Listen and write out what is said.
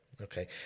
Okay